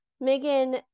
megan